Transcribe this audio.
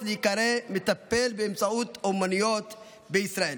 להיקרא מטפל באמצעות אומנויות בישראל,